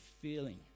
feeling